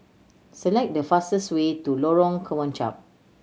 select the fastest way to Lorong Kemunchup